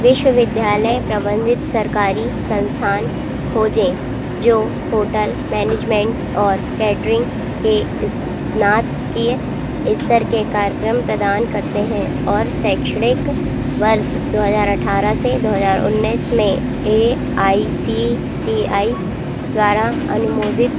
विश्वविद्यालय प्रबंधित सरकारी संस्थान खोजें जो होटल मैनेजमेंट और केटरिंग में स्नातकीय स्तर के कार्यक्रम प्रदान करते हैं और शैक्षणिक वर्ष दो हज़ार अठारह से दो हज़ार उन्नीस में A I C T E द्वारा अनुमोदित